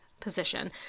position